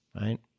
Right